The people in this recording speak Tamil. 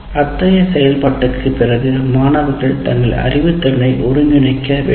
அத்தைய செயல்பாட்டுக்கு பிறகு மாணவர்கள் தங்கள் அறிவுத்திறனை ஒருங்கிணைக்க வேண்டும்